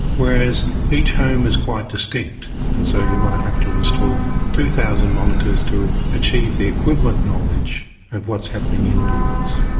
whereas each home is quite distinct, and so you might have to install two thousand monitors to achieve the equivalent knowledge of what's happening indoors.